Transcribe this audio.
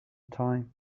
time